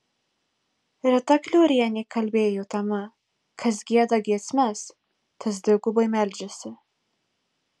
rita kliorienė kalbėjo tema kas gieda giesmes tas dvigubai meldžiasi